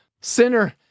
Sinner